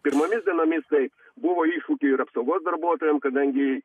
pirmomis dienomis taip buvo iššūkių ir apsaugos darbuotojam kadangi